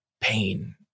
pain